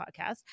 podcast